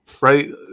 right